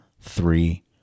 three